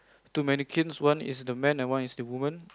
two mannequins one is the man one is the woman